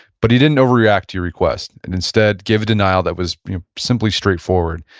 but he didn't over react to your request and instead gave a denial that was you know simply straight forward,